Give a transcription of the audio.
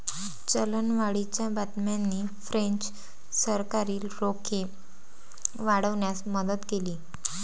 चलनवाढीच्या बातम्यांनी फ्रेंच सरकारी रोखे वाढवण्यास मदत केली